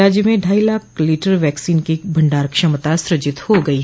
राज्य में ढाई लाख लीटर वैक्सीन की भंडार क्षमता सूजित हो गई है